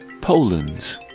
Poland